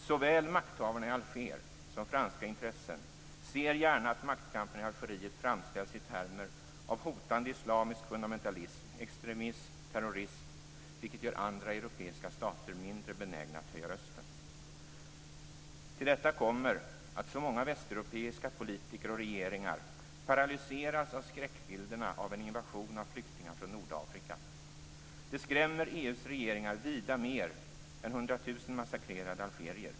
Såväl makthavarna i Alger som franska intressen ser gärna att maktkampen i Algeriet framställs i termer av hotande islamisk fundamentalism, extremism och terrorism, vilket gör andra europeiska stater mindre benägna att höja rösten. Till detta kommer att så många västeuropeiska politiker och regeringar paralyseras av skräckbilderna av en invasion av flyktingar från Nordafrika. Det skrämmer EU:s regeringar vida mer än 100 000 massakrerade algerier.